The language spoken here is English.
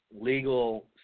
legal